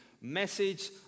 message